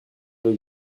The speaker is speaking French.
veut